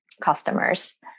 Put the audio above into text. customers